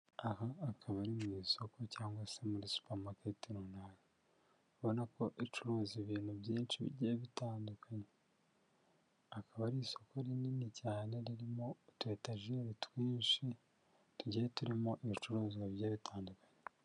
Aha akaba ari mu isoko cyangwa se muri supamaketi runaka. Urabona ko icuruza ibintu byinshi bigiye bitandukanye. Akaba ari isoko rinini cyane ririmo utu etajeli twinshi tugiye turimo ibicuruzwa bigiye bitandukanye.